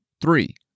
three